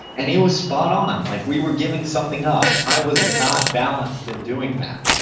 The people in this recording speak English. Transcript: and he was spot on. like we were giving something up. i was not balanced in doing that.